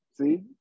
see